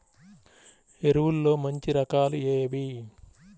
ఎరువుల్లో మంచి రకాలు ఏవి?